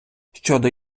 щодо